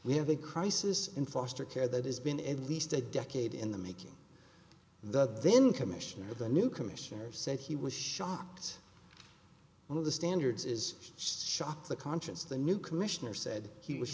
a crisis in foster care that has been at least a decade in the making the then commissioner of the new commissioner said he was shocked one of the standards is just shock the conscience the new commissioner said he was